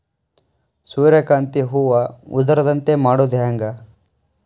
ಸೂರ್ಯಕಾಂತಿ ಹೂವ ಉದರದಂತೆ ಮಾಡುದ ಹೆಂಗ್?